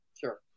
sure